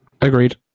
Agreed